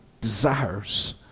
desires